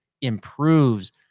improves